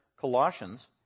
Colossians